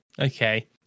Okay